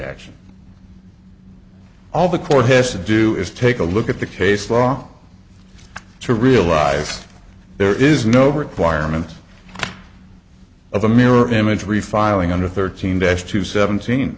action all the court has to do is take a look at the case law to realize there is no requirement of a mirror image refiling under thirteen days to seventeen